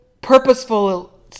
purposeful